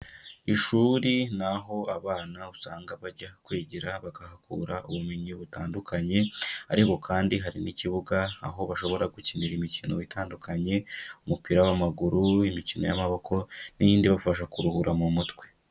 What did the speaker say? Ishuri ni aho abana usanga bajya kwigira bakahakura ubumenyi butandukanye, ariko kandi hari n'ikibuga aho bashobora gukinira imikino itandukanye, umupira w'amaguru, imikino y'amaboko n'indi ibafasha kuruhura mu mutwe.